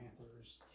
Panthers